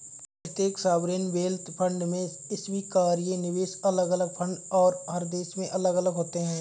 प्रत्येक sovereign wealth fund में स्वीकार्य निवेश अलग अलग फंड और हर देश में अलग अलग होते हैं